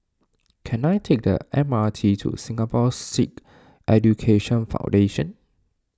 can I take the M R T to Singapore Sikh Education Foundation